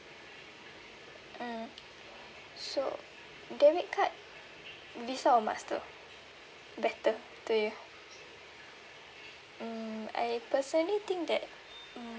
mm so debit card Visa or Master better to you mm I personally think that mm